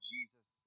Jesus